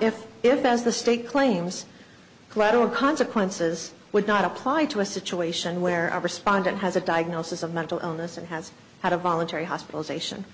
if if as the state claims collateral consequences would not apply to a situation where a respondent has a diagnosis of mental illness and has had a voluntary hospitalization